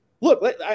Look